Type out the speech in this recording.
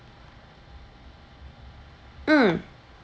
mm